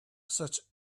such